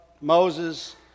Moses